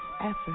effort